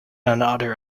another